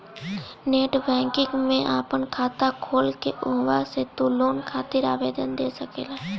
net banking में आपन खाता खोल के उहवा से तू लोन खातिर आवेदन दे सकेला